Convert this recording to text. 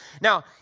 Now